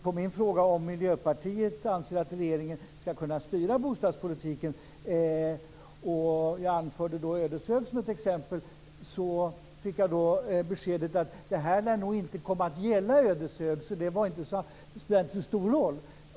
På min fråga om Miljöpartiet anser att regeringen ska kunna styra bostadspolitiken - jag anförde Ödeshög som exempel - fick jag beskedet att det här nog inte kommer att gälla Ödeshög, så det spelar inte så stor roll.